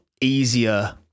easier